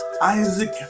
Isaac